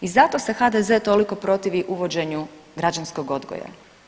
I zato se HDZ toliko protivi uvođenju građanskog odgoja.